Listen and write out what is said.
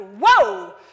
Whoa